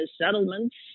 settlements